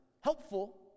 Helpful